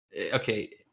okay